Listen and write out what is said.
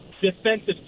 defensive